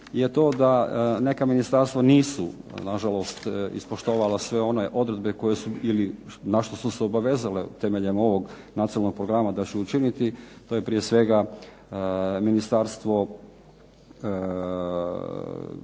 je to da neka ministarstva nisu na žalost ispoštovala sve one odredbe koje su ili na što su se obavezale temeljem ovog Nacionalnog programa da će učiniti to je prije svega Ministarstvo